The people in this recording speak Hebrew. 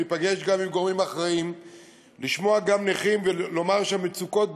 ולהיפגש גם עם גורמים אחראיים ולשמוע גם נכים ולומר שהמצוקות גדולות,